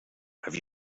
have